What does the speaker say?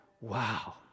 Wow